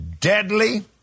deadly